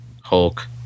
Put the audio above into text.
Hulk